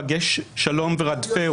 בקש שלום ורדפהו.